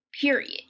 Period